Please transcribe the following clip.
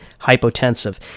hypotensive